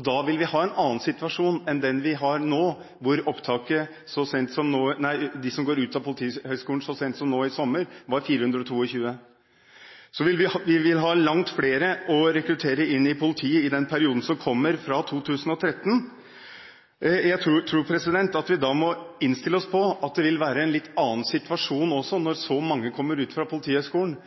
Da vil vi ha en annen situasjon enn den vi hadde så sent som nå i sommer, da 422 gikk ut fra Politihøgskolen. Så vi vil ha langt flere å rekruttere inn i politiet i den perioden som kommer fra 2013. Jeg tror vi må innstille oss på at det vil bli en litt annen situasjon når så mange kommer ut fra Politihøgskolen.